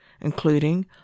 including